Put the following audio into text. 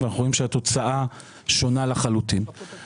זה נתון שאני חושב שאי אפשר לחיות איתו,